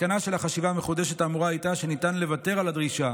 המסקנה של החשיבה המחודשת האמורה הייתה שניתן לוותר על הדרישה